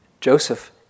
Joseph